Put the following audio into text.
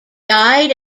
died